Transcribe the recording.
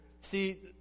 see